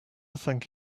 thank